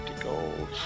gold